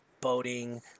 boating